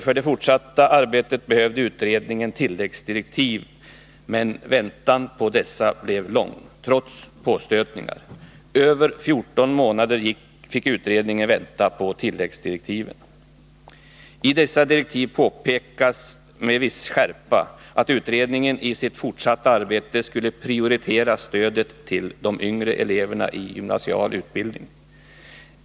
För det fortsatta arbetet behövde utredningen tilläggsdirektiv, men väntan på dessa blev lång, trots påstötningar. Över 14 månader fick utredningen vänta på tilläggsdirektiven. I dessa direktiv påpekas — med viss skärpa — att utredningen i sitt fortsatta arbete skulle prioritera stödet till de yngre eleverna i gymnasial utbildning.